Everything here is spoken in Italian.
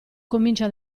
comincia